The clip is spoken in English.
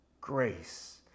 grace